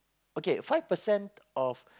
okay five percent of